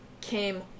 came